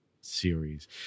series